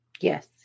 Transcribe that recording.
yes